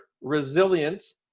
resilience